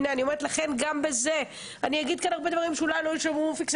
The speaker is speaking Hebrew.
אני אגיד כאן הרבה דברים שאולי יישמעו פיקס,